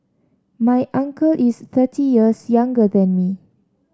my uncle is thirty years younger than me